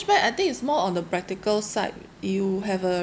cashback I think it's more on the practical side you have a